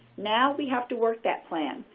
now we have to work that plan.